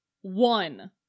One